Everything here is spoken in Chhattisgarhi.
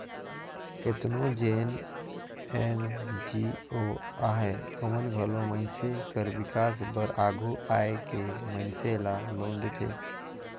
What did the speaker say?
केतनो जेन एन.जी.ओ अहें ओमन घलो मइनसे कर बिकास बर आघु आए के मइनसे ल लोन देथे